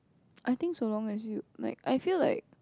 I think so long as you like I feel like